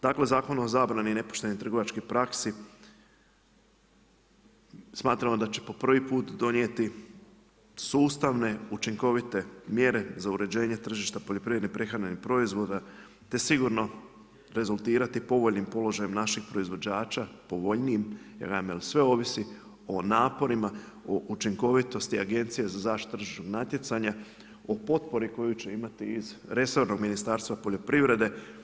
Dakle, Zakon o zabrani nepoštenih trgovačkih praksi, smatramo da će po prvi put donijeti, sustavne, učinkovite, mjere za uređenje tržišta poljoprivredne prehrambenih proizvoda, da sigurno rezultirati povoljnim položajem naših proizvođača, povoljnijim, jer sve ovisi o naporima, o učinkovitosti agencije za zaštitu tržišnog natjecanja, o potpori koju će imati iz resornog ministarstva poljoprivrede.